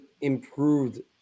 improved